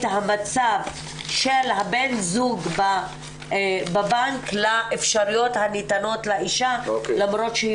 המצב של בן הזוג בבנק לאפשרויות הניתנות לאישה למרות שהיא